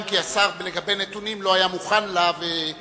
אם כי השר לא היה מוכן לה מבחינת נתונים.